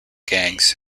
gangs